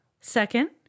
Second